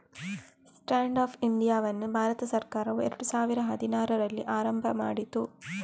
stand up ಇಂಡಿಯಾವನ್ನು ಭಾರತ ಸರ್ಕಾರವು ಎರಡು ಸಾವಿರದ ಹದಿನಾರರಲ್ಲಿ ಆರಂಭ ಮಾಡಿತು